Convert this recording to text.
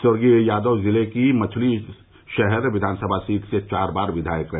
स्वर्गीय यादव जिले की मछली शहर विधानसभा सीट से चार बार विधायक रहे